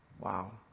Wow